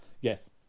Yes